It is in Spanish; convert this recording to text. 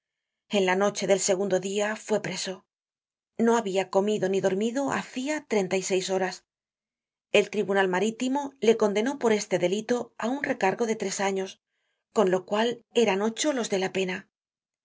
en la noche del segundo dia fue preso no habia comido ni dormido hacia treinta y seis horas el tribunal marítimo le condenó por este delito á un recargo de tres años con lo cual eran ocho los de la pena